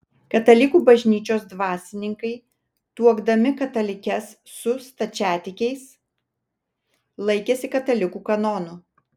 katalikų bažnyčios dvasininkai tuokdami katalikes su stačiatikiais laikėsi katalikų kanonų